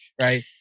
right